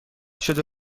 شده